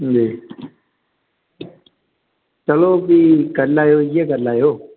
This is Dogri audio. जी चलो फ्ही करी लैएयो इ'यै करी लैयो